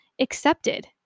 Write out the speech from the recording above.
accepted